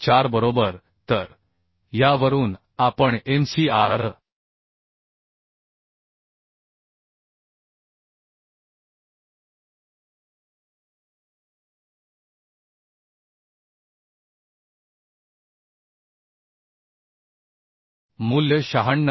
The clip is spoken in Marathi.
4 बरोबर तर यावरून आपण mcr मूल्य 96